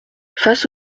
face